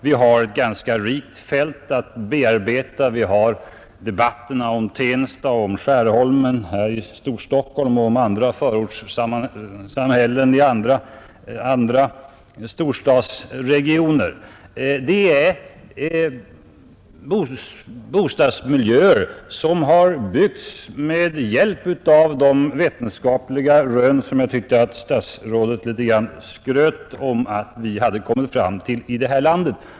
Vi har ett ganska rikt fält att bearbeta, vi har debatterna om Tensta och Skärholmen här i Storstockholm och om andra förorter i andra storstadsregioner. Det är bostadsmiljöer som har byggts med hjälp av de vetenskapliga rön som jag tyckte att statsrådet skröt litet grand över att vi har kommit fram till här i landet.